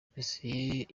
dossier